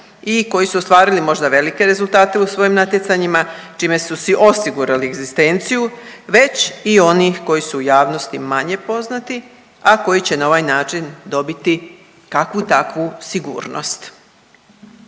i koji su ostvarili možda velike rezultate u svojim natjecanjima čime su si osigurali egzistenciju već i oni koji su u javnosti manje poznati, a koji će na ovaj način dobiti kakvu takvu sigurnost.